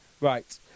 Right